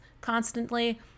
constantly